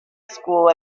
school